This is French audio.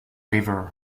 river